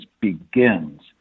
begins